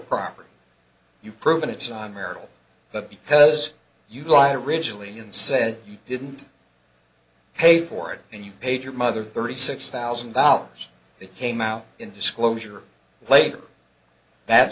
property you've proven it's on merit but because you lied rigidly and said you didn't pay for it and you paid your mother thirty six thousand dollars it came out in disclosure of late that